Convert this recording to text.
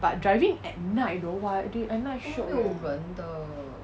but driving at night you know why at night shiok leh